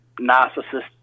narcissist